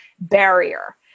barrier